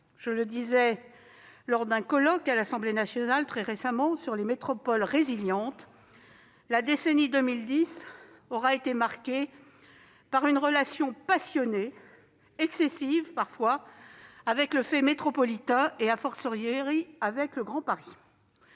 Je le disais récemment lors d'un colloque à l'Assemblée nationale consacré aux « métropoles résilientes »: la décennie 2010 aura été marquée par une relation passionnée, excessive même, avec le fait métropolitain et,, avec le Grand Paris.